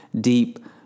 deep